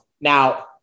Now